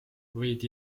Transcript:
võid